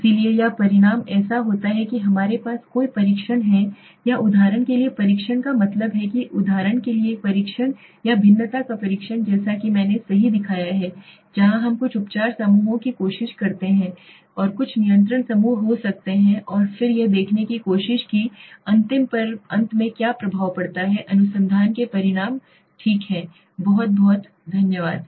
इसलिए या परिणाम ऐसा होता है कि हमारे पास कई परीक्षण हैं या उदाहरण के लिए परीक्षण का मतलब है कि उदाहरण के लिए एक परीक्षण या भिन्नता का परीक्षण जैसा कि मैंने सही दिखाया है जहां हम कुछ उपचार समूहों की कोशिश करते हैं और कुछ नियंत्रण समूह हो सकते हैं और फिर यह देखने की कोशिश की कि अंतिम पर अंत में क्या प्रभाव पड़ता है अनुसंधान के परिणाम ठीक है बहुत बहुत धन्यवाद